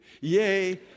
Yay